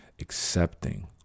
accepting